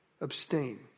abstain